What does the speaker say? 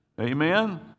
Amen